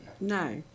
no